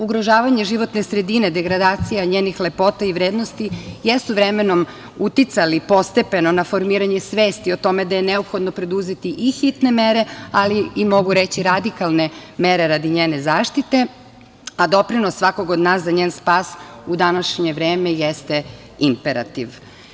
Ugrožavanje životne sredine, degradacija njenih lepota i vrednosti jesu vremenom uticali postepeno na formiranje svesti o tome da je neophodno preduzeti i hitne mere, ali i mogu reći radikalne mere radi njene zaštite, a doprinos svakog od nas za njen spas u današnje vreme jeste imperativ.